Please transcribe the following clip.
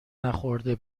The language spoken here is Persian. نخورده